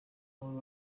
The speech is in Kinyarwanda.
n’uru